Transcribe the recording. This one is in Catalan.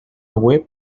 web